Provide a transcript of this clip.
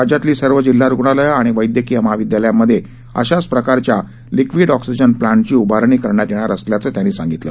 राज्यातली सर्व जिल्हा रुग्णालयं आणि वैदयकीय महाविदयालयांमध्ये अशाच प्रकारच्या लिक्विड ऑक्सिजन प्लांटची उभारणी करण्यात येणार असल्याचं त्यांनी सांगितलं